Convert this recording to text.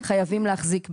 חייבים להחזיק ברישיון.